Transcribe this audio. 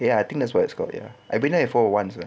ya I think that's what it's called ya I've been there before once [pe]